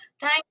Thank